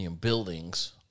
buildings